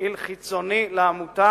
מפעיל חיצוני לעמותה,